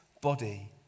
body